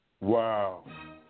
Wow